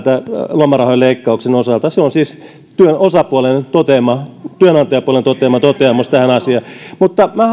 lomarahojen leikkauksen osalta se on siis työnantajapuolen toteama työnantajapuolen toteama toteamus tähän asiaan mutta minä